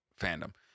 Fandom